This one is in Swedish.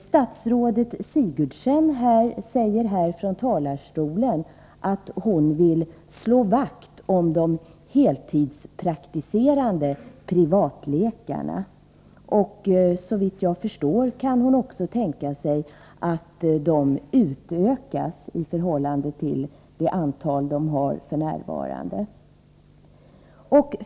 Statsrådet Sigurdsen säger här från talarstolen att hon vill slå vakt om de heltidspraktiserande privatläkarna. Såvitt jag förstår kan hon också tänka sig att antalet sådana privatläkare utökas i förhållande till det nuvarande antalet.